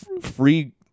free